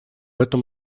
этом